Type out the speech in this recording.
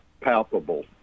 palpable